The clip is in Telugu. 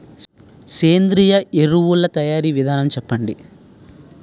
సేంద్రీయ ఎరువుల తయారీ విధానం చెప్పండి?